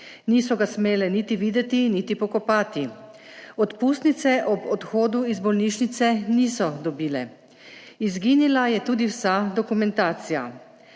Niso ga smele niti videti niti pokopati, odpustnice ob odhodu iz bolnišnice niso dobile, izginila je tudi vsa dokumentacija.